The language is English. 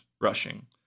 rushing